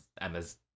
Emma's